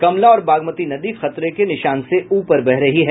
कमला और बागमती नदी खतरे के निशान से ऊपर बह रही है